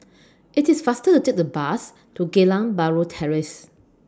IT IS faster to Take The Bus to Geylang Bahru Terrace